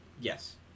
Yes